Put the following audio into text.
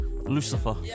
Lucifer